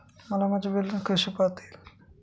मला माझे बॅलन्स कसे पाहता येईल?